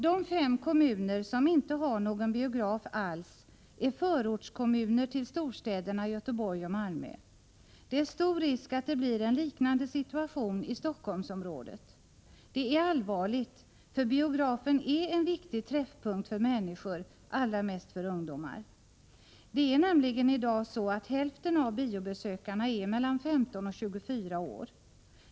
De fem kommuner som inte har någon biograf alls är förortskommuner till storstäderna Göteborg och Malmö. Det är stor risk att det blir en liknande situation i Stockholmsområdet. Det är allvarligt, för biografen är en viktig träffpunkt för människan, allra mest för ungdomar. I dag är hälften av biobesökarna mellan 15 och 24 år.